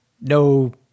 no